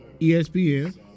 ESPN